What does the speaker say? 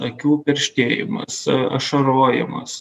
akių perštėjimas ašarojimas